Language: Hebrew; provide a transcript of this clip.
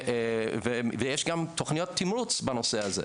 ויש גם תוכניות תמרוץ בנושא הזה.